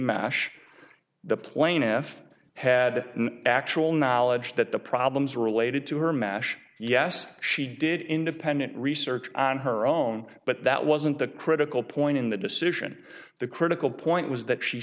mash the plaintiff had an actual knowledge that the problems are related to her mash yes she did independent research on her own but that wasn't the critical point in the decision the critical point was that she